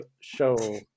Show